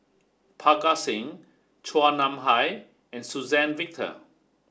Parga Singh Chua Nam Hai and Suzann Victor